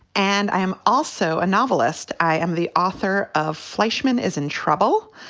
and i am also a novelist. i am the author of fleischman is in trouble,